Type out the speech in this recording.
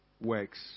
works